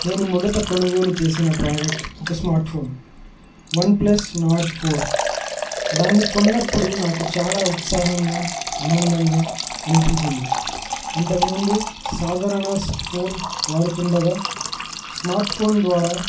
నేను మొదట కొనుగోలు చేసిన ప్రాడక్ట్ ఒక స్మార్ట్ఫోన్ వన్ప్లస్ నార్డ్ ఫోర్ దాన్ని కొన్నప్పుడు నాకు చాలా ఉత్సాహంగా ఆనందంగా అనిపించింది అంతకుముందు సాధారణ ఫోన్ వాడుతుండగా స్మార్ట్ఫోన్ ద్వారా